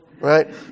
right